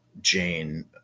Jane